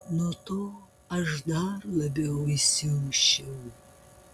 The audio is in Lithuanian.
nuo to aš dar labiau įsiusčiau